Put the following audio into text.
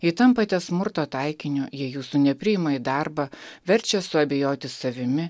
jei tampate smurto taikiniu jie jūsų nepriima į darbą verčia suabejoti savimi